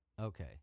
Okay